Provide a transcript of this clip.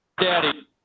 Daddy